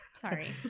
Sorry